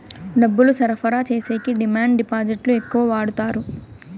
డబ్బులు సరఫరా చేసేకి డిమాండ్ డిపాజిట్లు ఎక్కువ వాడుతారు